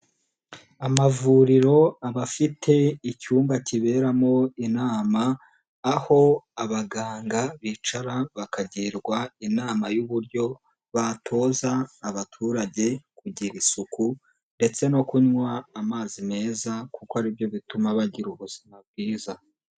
Amavuriro aba afite icyumba kiberamo inama. Aho abaganga bicara bakagirwa inama y'uburyo batoza abaturage kugira isuku ndetse no kunywa amazi meza kuko aribyo bituma bagira ubuzima bwiza.